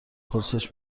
پرسش